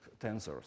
tensors